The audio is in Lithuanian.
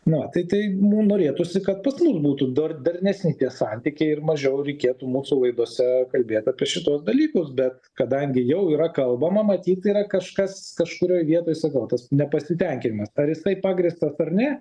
na tai tai nu norėtųsi kad pas mus būtų dor darnesni tie santykiai ir mažiau reikėtų mūsų laidose kalbėt apie šituos dalykus bet kadangi jau yra kalbama matyt yra kažkas kažkurioj vietoj sakau tas nepasitenkinimas ar jisai pagrįstas ar ne